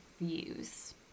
views